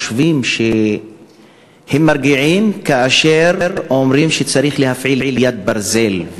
שחושבים שהם מרגיעים כאשר הם אומרים שצריך להפעיל יד ברזל,